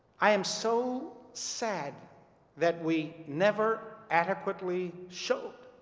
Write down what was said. i am so sad that we never adequately showed